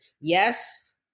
Yes